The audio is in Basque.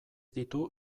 ditu